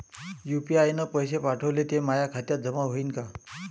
UPI न पैसे पाठवले, ते माया खात्यात जमा होईन का?